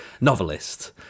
novelist